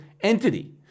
entity